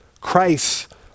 Christ